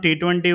T20